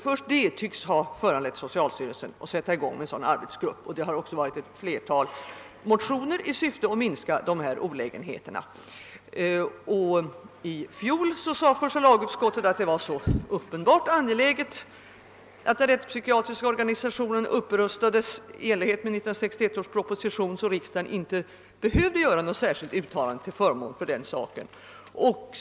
Först detta tycks ha föranlett socialstyrelsen att utse en sådan arbetsgrupp. Det har också i riksdagen väckts ett antal motioner i ärendet i syfte att minska olägenheterna. Och i fjol framhölt första lagutskottet att det var så uppenbart angeläget att den rättspsykiatriska organisationen upprustades i enlighet med 1961 års proposition, att riksdagen inte behövde göra något särskilt uttalande till förmån för den saken.